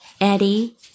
Eddie